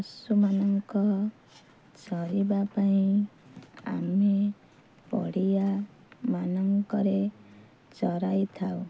ପଶୁମାନଙ୍କ ଚରିବା ପାଇଁ ଆମେ ପଡ଼ିଆ ମାନଙ୍କରେ ଚରାଇଥାଉ